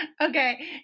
okay